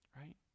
right